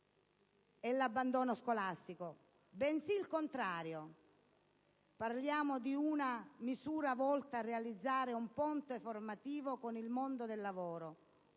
e l'abbandono scolastico, bensì il contrario: parliamo di una misura volta a realizzare un ponte formativo con il mondo del lavoro,